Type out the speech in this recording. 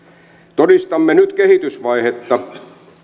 todistamme nyt kehitysvaihetta